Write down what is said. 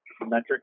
metric